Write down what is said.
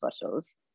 bottles